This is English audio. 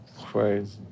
Crazy